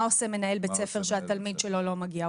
מה עושה מנהל בית ספר שהתלמיד שלו לא מגיע?